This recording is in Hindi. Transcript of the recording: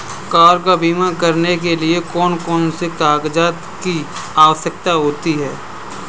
कार का बीमा करने के लिए कौन कौन से कागजात की आवश्यकता होती है?